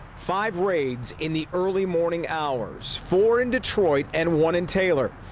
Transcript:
five raids in the early morning hours, four in detroit and one in taylor.